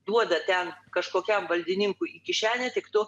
duoda ten kažkokiam valdininkui į kišenę tik tu